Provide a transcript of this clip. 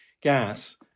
gas